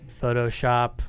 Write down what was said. Photoshop